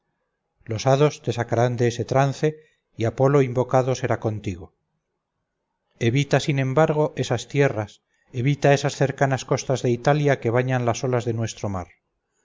los hados te sacarán de ese trance y apolo invocado será contigo evita sin embargo esas tierras evita esas cercanas costas de italia que bañan las olas de nuestro mar